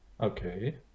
Okay